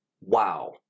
Wow